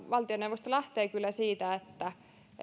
valtioneuvosto lähtee kyllä siitä että